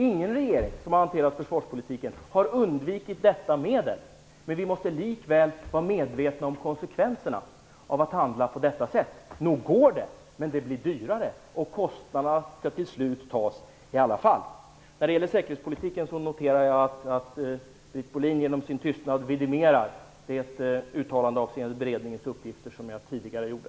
Ingen regering som har hanterat försvarspolitiken har undvikit detta medel. Men vi måste likväl vara medvetna om konsekvenserna av att handla på detta sätt. Nog går det, men det blir dyrare, och kostnaderna måste till slut tas i alla fall. När det sedan gäller säkerhetspolitiken noterar jag att Britt Bolin genom sin tystnad vidimerar det uttalande om beredningens uppgifter som jag tidigare gjorde.